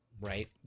Right